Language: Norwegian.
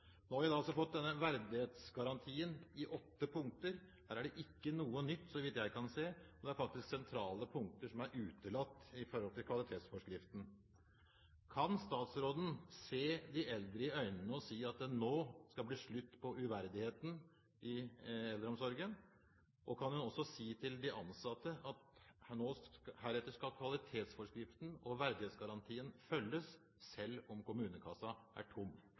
Nå har vi altså fått denne verdighetsgarantien i åtte punkter. Her er det ikke noe nytt, så vidt jeg kan se, og det er faktisk sentrale punkter som er utelatt i forhold til kvalitetsforskriften. Kan statsråden se de eldre i øynene og si at det nå skal bli slutt på uverdigheten i eldreomsorgen? Kan hun også si til de ansatte at heretter skal kvalitetsforskriften og verdighetsgarantien følges, selv om kommunekassen er tom?